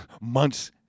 month's